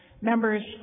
members